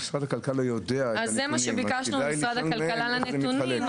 יזמתי חוק בוועדת הבריאות אז אני נאלץ לצאת.